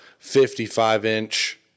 55-inch